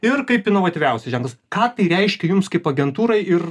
ir kaip inovatyviausias ženklas ką tai reiškia jums kaip agentūrai ir